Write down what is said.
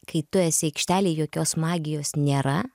kai tu esi aikštelėj jokios magijos nėra